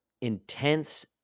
intense